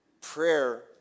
Prayer